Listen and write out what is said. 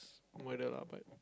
murder lah but